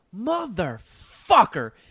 motherfucker